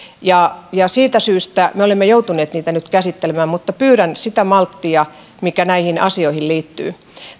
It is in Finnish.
ja ja siitä syystä me olemme joutuneet niitä nyt käsittelemään mutta pyydän sitä malttia mikä näihin asioihin liittyy